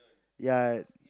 ya